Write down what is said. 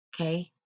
Okay